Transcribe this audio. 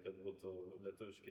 kad būtų lietuviški